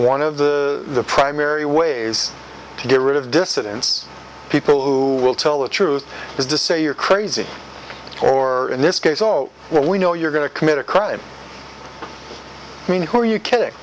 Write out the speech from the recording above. one of the primary ways to get rid of dissidents people who will tell the truth is to say you're crazy or in this case oh well we know you're going to commit a crime i mean who are you kidding